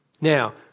Now